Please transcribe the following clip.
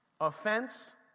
Offense